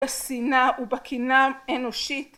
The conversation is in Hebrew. בשינאה ובקינאה אנושית